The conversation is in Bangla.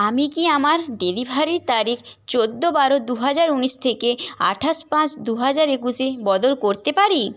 আমি কি আমার ডেলিভারি তারিখ চোদ্দ বারো দুহাজার উনিশ থেকে আঠাশ পাঁচ দু হাজার একুশে বদল করতে পারি